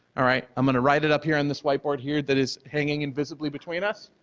all right. i'm going to write it up here on this whiteboard here that is hanging invisibly between us,